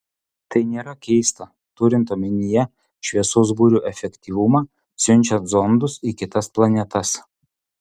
tai nėra keista turint omenyje šviesos burių efektyvumą siunčiant zondus į kitas planetas